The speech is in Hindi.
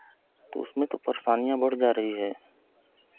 तो उसमें तो परेशानियां बढ़ जा रही है